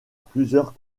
plusieurs